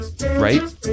right